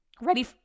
Ready